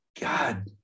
God